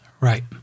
Right